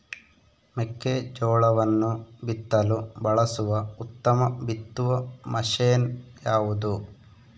ಮೆಕ್ಕೆಜೋಳವನ್ನು ಬಿತ್ತಲು ಬಳಸುವ ಉತ್ತಮ ಬಿತ್ತುವ ಮಷೇನ್ ಯಾವುದು?